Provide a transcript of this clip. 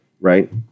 Right